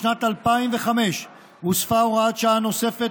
בשנת 2005 הוספה הוראת שעה נוספת,